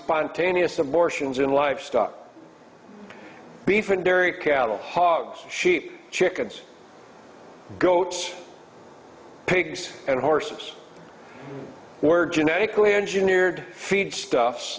spontaneous abortions in livestock beef and dairy cattle hogs sheep chickens goats pigs and horses were genetically engineered feed stuff